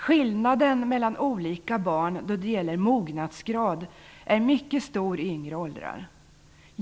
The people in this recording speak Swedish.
Skillnaden mellan olika barn när det gäller mognadsgrad är mycket stor i yngre åldrar.